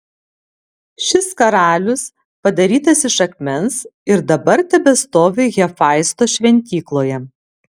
šis karalius padarytas iš akmens ir dabar tebestovi hefaisto šventykloje